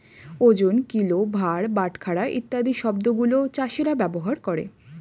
ওজন, কিলো, ভার, বাটখারা ইত্যাদি শব্দ গুলো চাষীরা ব্যবহার করে